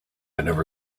never